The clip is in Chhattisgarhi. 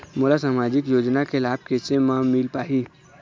मोला सामाजिक योजना के लाभ कैसे म मिल पाही?